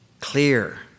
clear